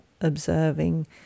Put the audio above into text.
observing